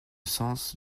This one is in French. sens